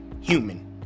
human